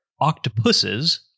octopuses